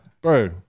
bro